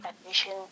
admission